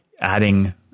adding